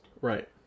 Right